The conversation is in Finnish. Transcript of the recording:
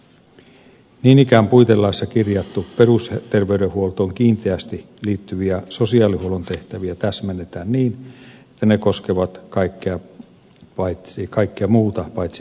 niin ikään puitelaissa kirjattuja perusterveydenhuoltoon kiinteästi liittyviä sosiaalihuollon tehtäviä täsmennetään niin että ne koskevat kaikkea muuta paitsi päivähoitoa